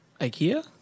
Ikea